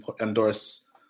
endorse